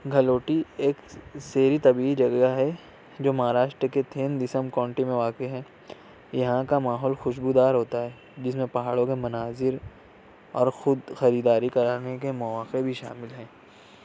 گھلوٹی ایک سیری طبعی جگہ ہے جو مہاراشٹر کے تھین دسم کونٹی میں واقع ہے یہاں کا ماحول خوشبودار ہوتا ہے جس میں پہاڑوں کے مناظر اور خود خریداری کرانے کے مواقع بھی شامل ہیں